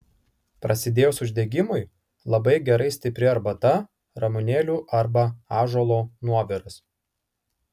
prasidėjus uždegimui labai gerai stipri arbata ramunėlių arba ąžuolo nuoviras